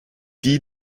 die